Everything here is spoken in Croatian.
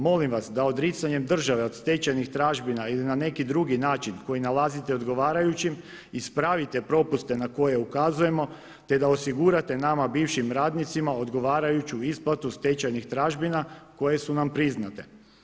Molim vas da odricanjem države od stečajnih tražbina ili na neki drugi način koji nalazite ogovarajućim ispravite propuste na koje ukazujemo, te da osigurate nama bivšim radnicima odgovarajuću isplatu stečajnih tražbina koje su nam priznate.